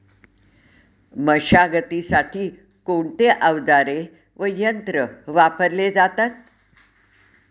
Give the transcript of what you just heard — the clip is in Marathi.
मशागतीसाठी कोणते अवजारे व यंत्र वापरले जातात?